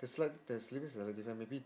the slight~ there seems a little different maybe